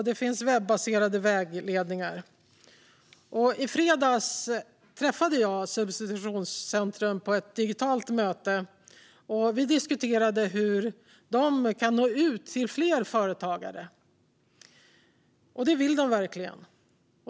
Det finns webbaserade vägledningar. I fredags träffade jag Substitutionscentrum på ett digitalt möte. Vi diskuterade hur de skulle kunna nå ut till fler företagare. Det vill de verkligen.